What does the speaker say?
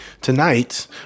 tonight